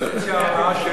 תנסה להיזכר עכשיו.